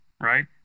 right